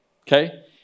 Okay